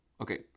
Okay